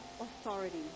authority